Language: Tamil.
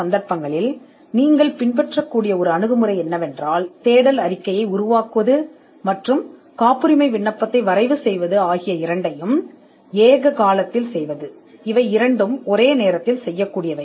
சந்தர்ப்பங்களில் நேரக் கட்டுப்பாடு இருந்தால் ஒரு தேடல் அறிக்கையைத் தயாரிக்க நீங்கள் எங்களைப் பின்பற்றலாம் அதே நேரத்தில் காப்புரிமை விண்ணப்பத்தையும் வரைவு செய்யலாம் இப்போது இது ஒரே நேரத்தில் செய்யப்படலாம்